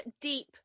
deep